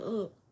up